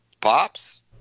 Pops